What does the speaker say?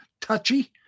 touchy